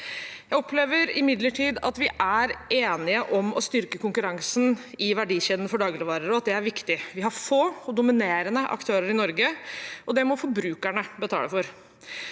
Jeg opplever imidlertid at vi er enige om å styrke konkurransen i verdikjeden for dagligvarer, og at det er viktig. Vi har få og dominerende aktører i Norge, og det må forbrukerne betale for.